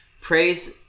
Praise